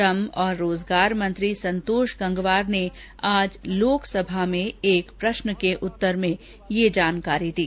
श्रम और रोजगार मंत्री संतोष गंगवार ने आज लोकसभा में एक प्रश्न के उत्तर में ये जानकारी दी